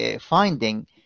finding